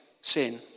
sin